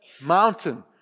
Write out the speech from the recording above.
mountain